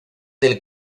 del